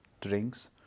drinks